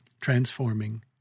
transforming